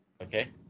Okay